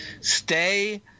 Stay